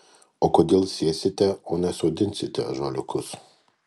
o kodėl sėsite o ne sodinsite ąžuoliukus